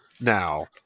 now